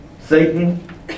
Satan